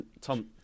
Tom